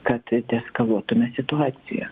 kad deeskaluotume situaciją